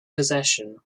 possession